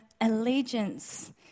allegiance